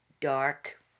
dark